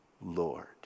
Lord